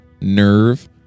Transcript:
nerve